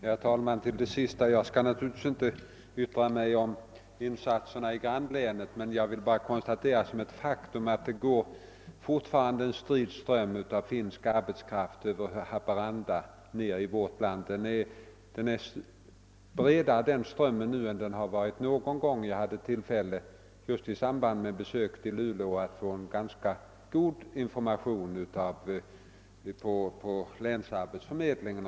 Herr talman! Beträffande det sista som här sades skall jag naturligtvis inte uttala mig om insatserna i grannlänen; jag konstaterar bara som ett faktum att det alltjämt går en strid ström av finsk arbetskraft över Haparanda ned över vårt land, en ström som är bredare nu än någon gång tidigare. Vid ett besök i Luleå har jag själv haft tillfälle att få goda informationer om det på länsarbetsnämnden.